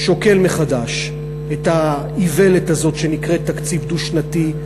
שוקל מחדש את האיוולת הזאת שנקראת תקציב דו-שנתי,